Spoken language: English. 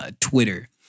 Twitter